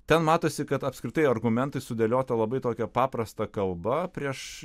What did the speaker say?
ten matosi kad apskritai argumentai sudėliota labai tokia paprasta kalba prieš